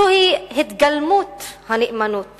זוהי התגלמות הנאמנות